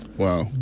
Wow